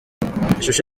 ishusho